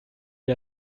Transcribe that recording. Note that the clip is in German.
wie